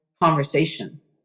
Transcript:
conversations